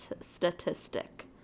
Statistic